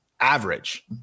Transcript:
average